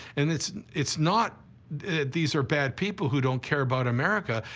and it's, it's not that these are bad people who don't care about america,